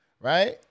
right